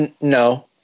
No